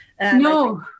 No